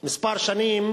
כמה שנים,